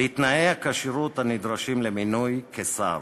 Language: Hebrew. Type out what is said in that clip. לתנאי הכשירות הנדרשים למינוי לשר.